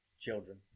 children